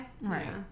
Right